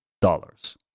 dollars